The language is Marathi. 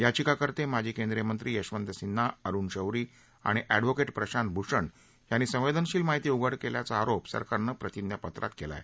याचिकाकर्ते माजी केंद्रीय मंत्री यशवंत सिन्हा अरुण शौरी आणि एडव्होकेट प्रशांत भूषण यांनी संवेदनशील माहिती उघड केल्याचा आरोप सरकारनं प्रतिज्ञापत्रात केला आहे